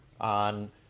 on